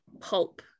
pulp